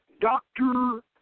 doctor